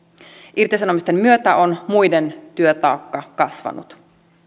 irtisanomisten myötä on muiden työtaakka kasvanut